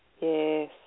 Yes